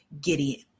Gideon